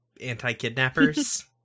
anti-kidnappers